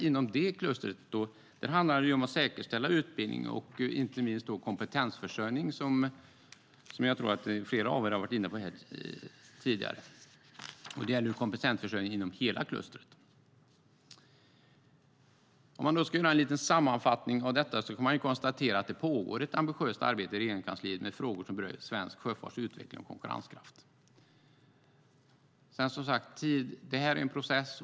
Inom det klustret handlar det ju om att säkerställa utbildning och inte minst kompetensförsörjning, som jag tror att flera av er har varit inne på tidigare. Om man skulle göra en liten sammanfattning av detta får man konstatera att det pågår ett ambitiöst arbete i Regeringskansliet när det gäller frågor som berör svensk sjöfarts utveckling och konkurrenskraft. Det här är som sagt en process.